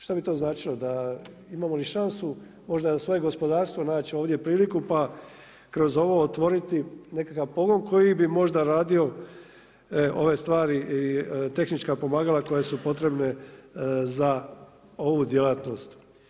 Što bi to značilo, da imao li šansu, možda svoje gospodarstvo naći ovdje priliku, pa kroz ovo otvoriti nekakav pogon, koji bi možda radio ove stvari tehnička pomagala koje su potrebne za ovu djelatnost.